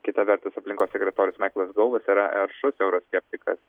kita vertus aplinkos sekretorius maiklas gauvas yra aršus euroskeptikas